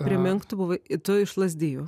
primink tu buvai tu iš lazdijų